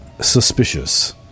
suspicious